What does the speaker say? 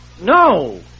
no